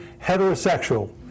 heterosexual